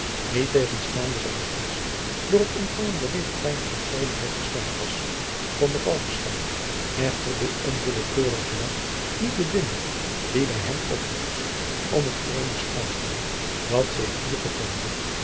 niettegenstaande zijn geest door het ontfangen bericht weinig tot vrolijkheid gestemd was konde falckestein echter den onwillekeurigen lagch niet bedwingen die bij hem oprees op het vreemde schouwspel dat zich hier